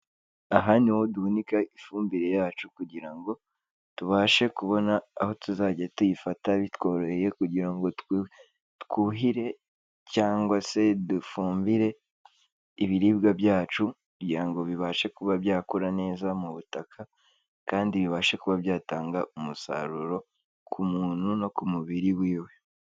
Aha ni ho duhunika ifumbire yacu kugira ngo tubashe kubona aho tuzajya tuyifata bitworoheye, kugira ngo twuhire cyangwa se dufumbire ibiribwa byacu, kugira ngo bibashe kuba byakura neza mu butaka, kandi bibashe kuba byatanga umusaruro ku muntu no ku mubiri wiwe.